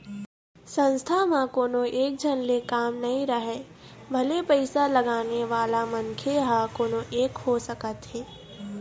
संस्था म कोनो एकझन ले काम नइ राहय भले पइसा लगाने वाला मनखे ह कोनो एक हो सकत हे